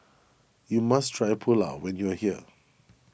you must try Pulao when you are here